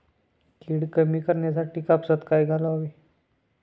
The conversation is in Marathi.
कीड कमी करण्यासाठी कापसात काय घालावे?